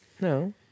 No